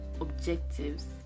objectives